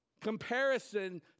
Comparison